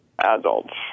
adults